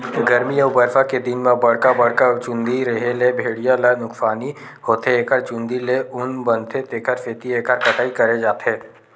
गरमी अउ बरसा के दिन म बड़का बड़का चूंदी रेहे ले भेड़िया ल नुकसानी होथे एखर चूंदी ले ऊन बनथे तेखर सेती एखर कटई करे जाथे